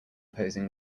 posing